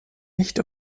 nicht